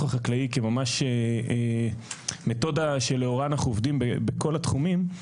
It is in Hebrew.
החקלאי כממש מתודה שלאורה אנחנו עובדים בכל התחומים,